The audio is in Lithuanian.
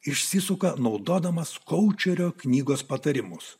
išsisuka naudodamas koučerio knygos patarimus